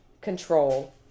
control